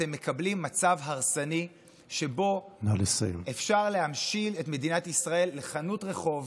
אתם מקבלים מצב הרסני שבו אפשר להמשיל את מדינת ישראל לחנות רחוב